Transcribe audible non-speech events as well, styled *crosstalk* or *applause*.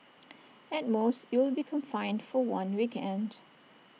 *noise* at most you'll be confined for one weekend